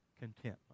contentment